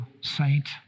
saint